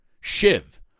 Shiv